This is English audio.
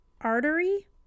artery